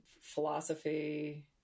philosophy